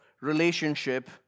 relationship